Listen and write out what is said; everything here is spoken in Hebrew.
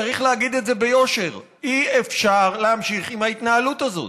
צריך להגיד את זה ביושר: אי-אפשר להמשיך עם ההתנהלות הזאת.